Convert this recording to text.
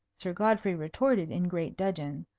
sir godfrey retorted in great dudgeon.